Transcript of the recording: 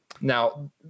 now